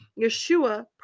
Yeshua